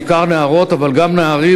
בעיקר נערות אבל גם נערים,